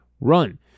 run